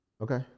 Okay